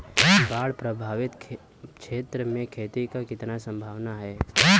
बाढ़ प्रभावित क्षेत्र में खेती क कितना सम्भावना हैं?